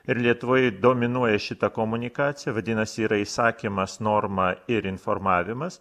ir lietuvoj dominuoja šita komunikacija vadinasi yra įsakymas norma ir informavimas